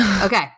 Okay